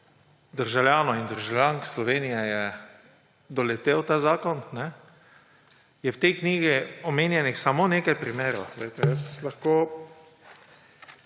državljanov in državljank Slovenije je doletel ta zakon, je v tej knjigi omenjenih samo nekaj primerov.